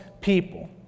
people